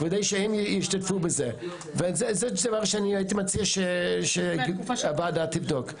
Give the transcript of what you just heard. כדי שהן ישתתפו בזה וזה דבר שאני הייתי מציע שהוועדה תבדוק.